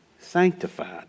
sanctified